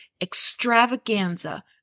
extravaganza